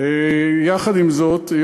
יחד עם זאת,